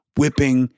whipping